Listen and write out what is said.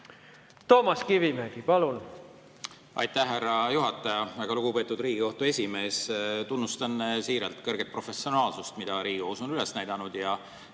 Toomas Kivimägi, palun! Aitäh, härra juhataja! Lugupeetud Riigikohtu esimees! Tunnustan siiralt kõrget professionaalsust, mida Riigikohus on üles näidanud,